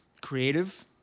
creative